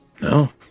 no